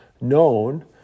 known